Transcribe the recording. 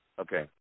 Okay